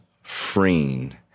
freeing